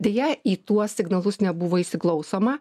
deja į tuos signalus nebuvo įsiklausoma